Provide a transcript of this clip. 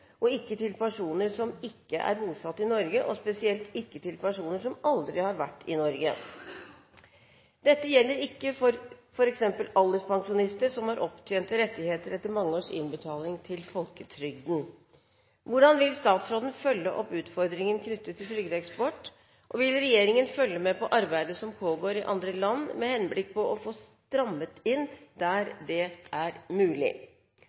man ikke sitte stille i båten, som man dessverre har gjort i altfor mange år. Derfor blir mitt spørsmål til statsråden hvordan han vil følge opp denne utfordringen knyttet til trygdeeksport. Vil regjeringen følge med på det arbeidet som nå foregår i andre land, med henblikk på å få strammet inn der det er mulig?